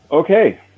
Okay